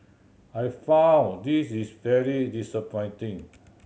I find this is very disappointing